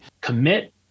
Commit